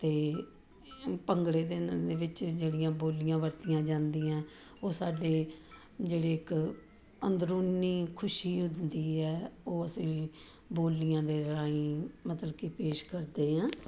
ਅਤੇ ਭੰਗੜੇ ਦੇ ਵਿੱਚ ਜਿਹੜੀਆਂ ਬੋਲੀਆਂ ਵਰਤੀਆਂ ਜਾਂਦੀਆਂ ਉਹ ਸਾਡੇ ਜਿਹੜੀ ਇੱਕ ਅੰਦਰੂਨੀ ਖੁਸ਼ੀ ਹੁੰਦੀ ਹੈ ਉਹ ਅਸੀਂ ਬੋਲੀਆਂ ਦੇ ਰਾਹੀਂ ਮਤਲਬ ਕਿ ਪੇਸ਼ ਕਰਦੇ ਹਾਂ